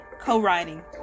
co-writing